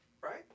right